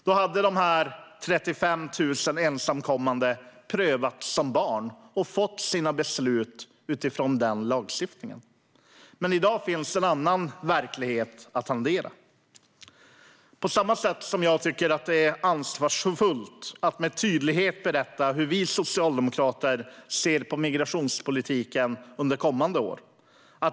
Då hade de 35 000 ensamkommande prövats som barn och fått sina beslut utifrån den lagstiftningen. Men i dag har vi en annan verklighet att hantera. Jag tycker att det är ansvarsfullt att med tydlighet berätta hur vi socialdemokrater ser på migrationspolitiken under kommande år.